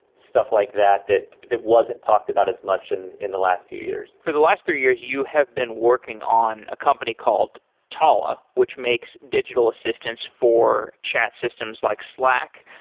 stuff like that that that wasn't talked about as much in in the last few years for the last three years, you have been working on a company called talla, which makes digital assistants for chat systems, like slack.